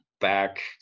back